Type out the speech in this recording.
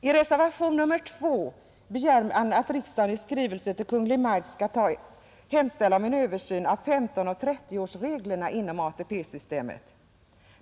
I reservationen 2 begärs att riksdagen i skrivelse till Kungl. Maj:t skall hemställa om en översyn av 15 och 30-årsreglerna inom ATP-systemet.